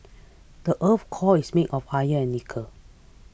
the earth's core is made of iron and nickel